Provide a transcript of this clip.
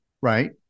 Right